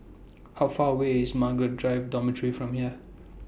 How Far away IS Margaret Drive Dormitory from here